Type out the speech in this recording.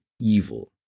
evil